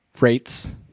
rates